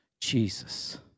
Jesus